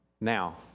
Now